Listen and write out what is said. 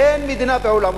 אין מדינה בעולם,